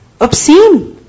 obscene